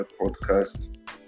podcast